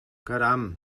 caram